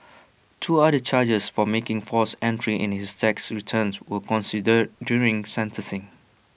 two other charges for making false entries in his tax returns were considered during sentencing